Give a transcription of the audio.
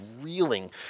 reeling